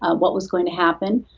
ah what was going to happen.